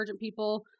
people